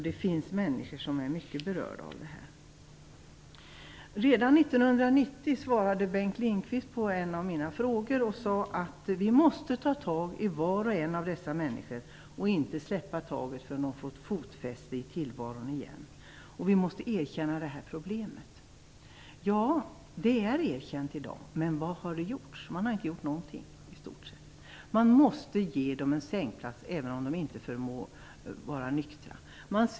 Det finns människor som är mycket berörda av det här. Redan 1990 svarade Bengt Lindqvist på en av mina frågor med att säga att vi måste ta tag i var och en av dessa människor och inte släppa taget förrän de har fått fotfäste i tillvaron igen. Han sade att vi måste erkänna det här problemet. Det är förvisso erkänt i dag. Men vad har gjorts? Man har i stort sett inte gjort någonting. Man måste ge dem en sängplats även om de inte förmår vara nyktra.